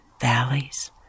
valleys